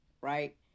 right